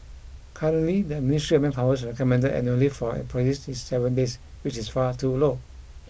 currently the ministry manpower's recommended annual leave for employees is seven days which is far too low